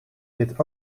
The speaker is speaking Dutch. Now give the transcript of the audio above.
dit